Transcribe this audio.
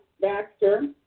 Baxter